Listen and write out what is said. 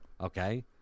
Okay